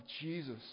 Jesus